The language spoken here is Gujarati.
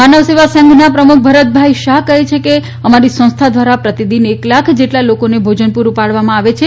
માનવ સેવા સંઘ ના પ્રમુખ ભરતભાઇ શાહ કહે છે કે અમારી સંસ્થા દ્વારા પ્રતિદિન એક લાખ જેટલા લોકો ને ભોજન પૂરું પાડવામાં આવે છે